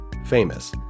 famous